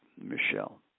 Michelle